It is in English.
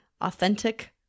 authentic